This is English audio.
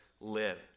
live